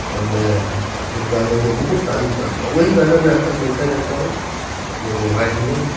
اور میں اس گانے کو بہت تعریف کرتا ہوں وہی گانا میں اکثر سنتے رہتا ہوں اپنے موبائل میں